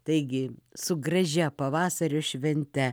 taigi su gražia pavasario švente